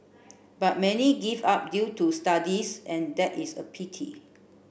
but many give up due to studies and that is a pity